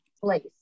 place